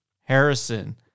Harrison